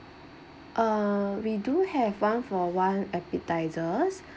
uh we do have one for one appetizers